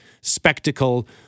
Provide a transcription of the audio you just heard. spectacle